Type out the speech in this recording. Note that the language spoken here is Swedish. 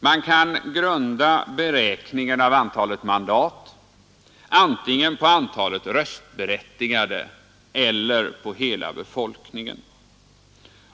Man kan grunda beräkningen av antalet mandat antingen på antalet röstberättigade eller på hela befolkningen.